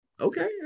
Okay